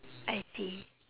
I see